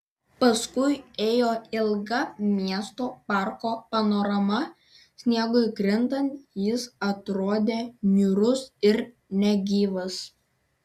paskui ėjo ilga miesto parko panorama sniegui krintant jis atrodė niūrus ir negyvas